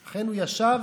שלום,